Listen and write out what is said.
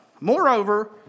Moreover